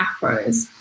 afros